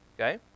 Okay